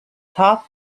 top